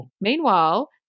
meanwhile